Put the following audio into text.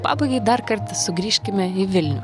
pabaigai dar kartą sugrįžkime į vilnių